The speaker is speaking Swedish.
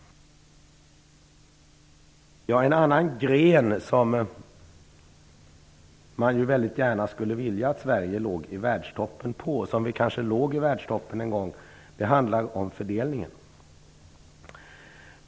En annan gren där man väldigt gärna skulle vilja att Sverige låg i världstoppen, och där vi kanske låg i världstoppen en gång, är fördelningen.